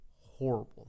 horrible